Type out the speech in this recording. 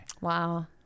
Wow